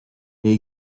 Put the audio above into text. est